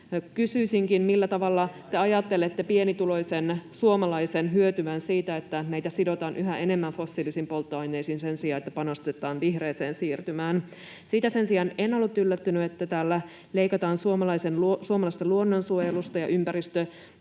Kysyisinkin: millä tavalla te ajattelette pienituloisen suomalaisen hyötyvän siitä, että meitä sidotaan yhä enemmän fossiilisiin polttoaineisiin sen sijaan, että panostetaan vihreään siirtymään? Siitä sen sijaan en ollut yllättynyt, että täällä leikataan suomalaisesta luonnonsuojelusta ja ympäristötuista